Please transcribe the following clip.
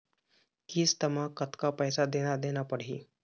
किस्त म कतका पैसा देना देना पड़ही?